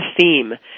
theme